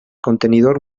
contenidor